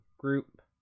Group